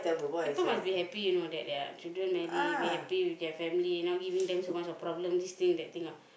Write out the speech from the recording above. people must be happy you know that their children marry be happy with their family you know not giving them so much of problems this thing that thing ah